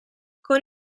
con